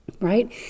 right